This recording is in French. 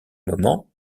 moment